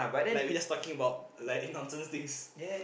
like we just talking about like on certain things